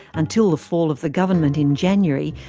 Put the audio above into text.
until the fall of the government in january,